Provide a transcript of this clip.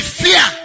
fear